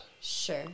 Sure